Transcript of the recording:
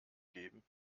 geben